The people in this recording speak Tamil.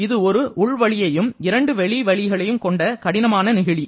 இது ஒரு உள் வழியையும் 2 வெளி வழிகளையும் கொண்ட கடினமான நெகிழி